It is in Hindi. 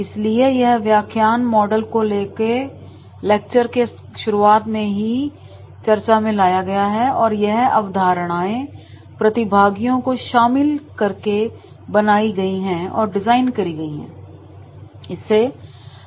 इसलिए यह व्याख्यान मॉडल को लेक्चर के शुरुआत में ही चर्चा में लाया गया है और यह अवधारणाएं प्रतिभागियों को शामिल करके बनाई गई हैं और डिजाइन करी गई हैं